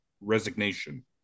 resignation